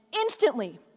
instantly